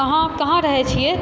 अहाँ कहाँ रहै छिए